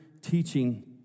teaching